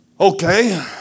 Okay